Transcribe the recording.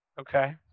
Okay